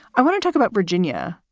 i want to talk about virginia,